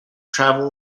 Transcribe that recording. travel